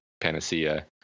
Panacea